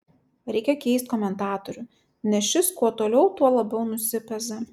reikia keist komentatorių nes šis kuo toliau tuo labiau nusipeza